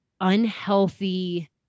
unhealthy